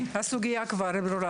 הסוגיה ברורה.